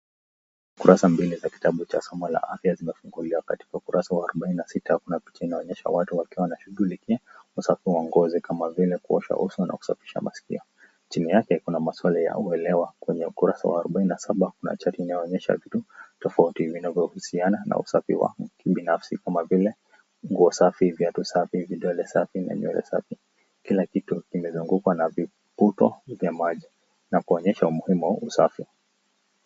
ukurasa mbili za kitabu cha somo la afya zimefunguliwa. Katika ukurasa wa 46 kuna picha inayoonyesha watu wakiwa wanashughulikia usafi wa nguo kama vile kuosha uso na kusafisha masikio. Chini yake kuna maswali ya uelewa. Kwenye ukurasa wa 47 kuna chati inayoonyesha vitu tofauti vinavyohusiana na usafi wa kibinafsi kama vile nguo safi, viatu safi, vidole safi na nywele safi. Kila kitu kimezungukwa na viputo vya maji na kuonyesha umuhimu wa usafi.